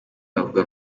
bavuga